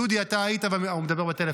דודי, את היית, אה, הוא מדבר בטלפון.